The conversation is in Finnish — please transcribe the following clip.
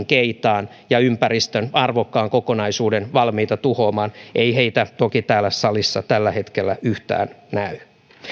keitaan ja ympäristön arvokkaan kokonaisuuden valmiita tuhoamaan ei heitä toki täällä salissa tällä hetkellä yhtään näy